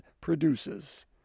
produces